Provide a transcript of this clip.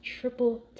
triple